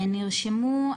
נרשמו,